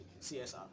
csr